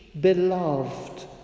beloved